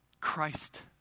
Christ